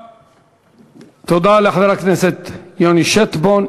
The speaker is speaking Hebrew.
תודה לחבר הכנסת יוני שטבון.